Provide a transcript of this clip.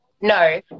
No